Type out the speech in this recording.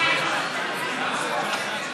כהצעת הוועדה, נתקבלו.